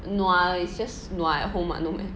nua is just nua at home what no meh